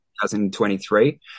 2023